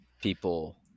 people